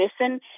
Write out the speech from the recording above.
listen